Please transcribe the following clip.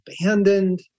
abandoned